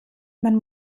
man